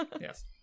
Yes